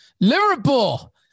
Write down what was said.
liverpool